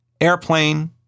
Airplane